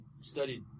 studied